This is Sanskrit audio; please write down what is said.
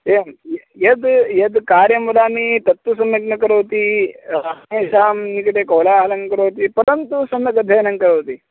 एवं यद् यद् कार्यं वदामि तत्तु सम्यक् न करोति सर्वेषां निकटे कोलाहालं करोति परन्तु सम्यक् अध्ययनं करोति